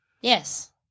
Yes